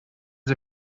sie